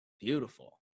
Beautiful